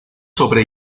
sobre